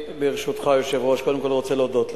ברשותך, היושב-ראש, אני קודם כול רוצה להודות לך,